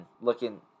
looking